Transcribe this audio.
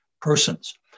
persons